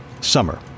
Summer